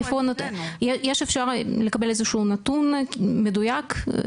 אפשר לקבל איזשהו נתון מדויק?